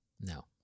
No